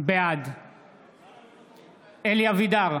בעד משה אבוטבול, בעד אלי אבידר,